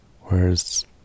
Whereas